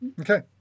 Okay